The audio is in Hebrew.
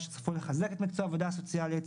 צפוי לחדש את מקצוע העבודה הסוציאלית,